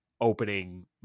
opening